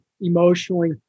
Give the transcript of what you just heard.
emotionally